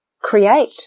create